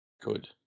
Good